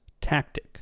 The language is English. tactic